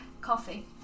coffee